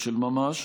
של ממש.